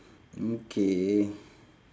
okay